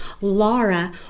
Laura